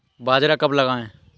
बाजरा कब लगाएँ?